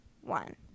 one